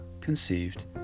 conceived